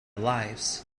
lives